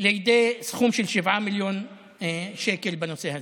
לידי סכום של 7 מיליון שקל בנושא הזה.